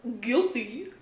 Guilty